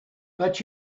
but